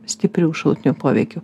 stiprių šalutinių poveikių